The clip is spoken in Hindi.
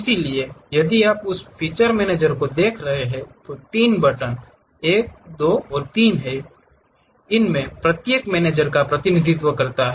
इसलिए यदि आप उस फीचर मैनेजर को देख रहे हैं तो 3 बटन 1 2 और 3 हैं प्रत्येक इनमें से प्रत्येक मैनेजर का प्रतिनिधित्व करता है